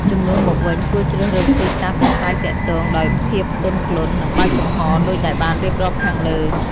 ជំនួសមកវិញ គួរជ្រើសរើសវិធីសាស្ត្រប្រាស្រ័យទាក់ទងដោយភាពទន់ភ្លន់ និងបើកចំហរដូចដែលបានរៀបរាប់ខាងលើ។